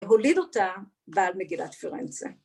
‫הוליד אותה בעל מגילת פרנצה.